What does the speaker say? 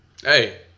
Hey